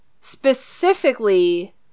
Specifically